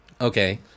Okay